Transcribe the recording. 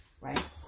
Right